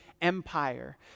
empire